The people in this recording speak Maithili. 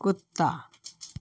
कुत्ता